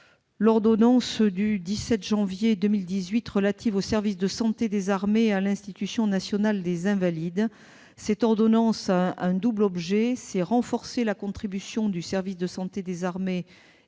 l'ordonnance n° 2018-20 du 17 janvier 2018 relative au service de santé des armées et à l'Institution nationale des invalides. Cette ordonnance renforce la contribution du service de santé des armées